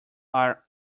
are